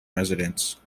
residents